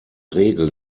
regel